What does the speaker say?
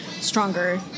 stronger